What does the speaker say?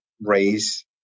raise